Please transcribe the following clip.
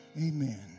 Amen